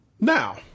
Now